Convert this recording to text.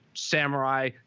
Samurai